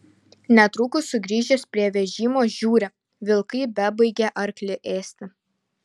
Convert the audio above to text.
netrukus sugrįžęs prie vežimo žiūri vilkai bebaigią arklį ėsti